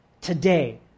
today